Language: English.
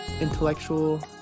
intellectual